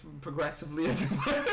progressively